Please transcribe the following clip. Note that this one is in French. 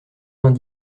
vingt